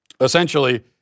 essentially